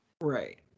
Right